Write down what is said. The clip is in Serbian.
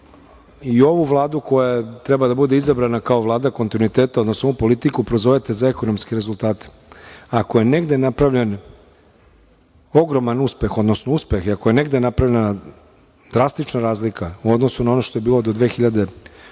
i ovu Vladu koja treba da bude izabrana kao Vlada kontinuiteta, odnosno ovu politiku prozovete za ekonomske rezultate. Ako je negde napravljen ogroman uspeh, odnosno uspeh i ako je negde napravljena drastična razlika u odnosu na ono što je bilo do 2012.